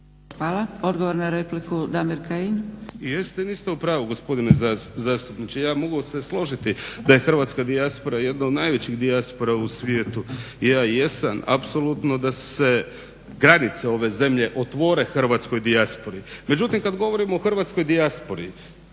Hvala. Odgovor na repliku Damir Kajin. **Kajin, Damir (IDS)** I jeste i niste u pravu gospodine zastupniče. Ja se mogu složiti da je hrvatska dijaspora jedna od najvećih dijaspora u svijetu. Ja jesam apsolutno da se granice ove zemlje otvore hrvatskoj dijaspori, međutim kada govorimo o hrvatskoj dijaspori,